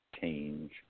change